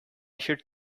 should